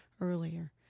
earlier